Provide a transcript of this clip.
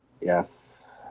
Yes